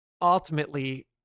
Ultimately